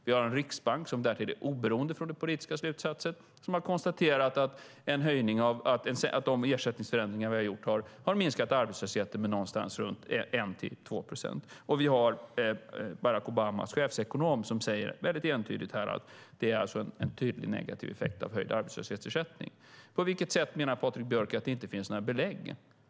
Vi har en riksbank som därtill är oberoende från politiska slutsatser som har konstaterat att de ersättningsförändringar vi har gjort har minskat arbetslösheten med någonstans 1-2 procent. Vi har Barack Obamas chefsekonom som säger väldigt entydigt att en höjd arbetslöshetsersättning ger en tydligt negativ effekt. På vilket sätt menar Patrik Björck att det inte finns några belägg?